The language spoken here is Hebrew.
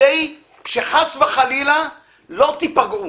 כדי שחס וחלילה לא תיפגעו.